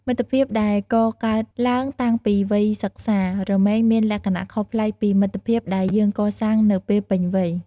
មិត្តភាពដែលកកើតឡើងតាំងពីវ័យសិក្សា រមែងមានលក្ខណៈខុសប្លែកពីមិត្តភាពដែលយើងកសាងនៅពេលពេញវ័យ។